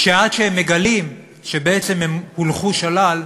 שעד שהם מגלים שבעצם הם הולכו שולל